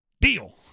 Deal